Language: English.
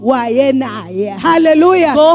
Hallelujah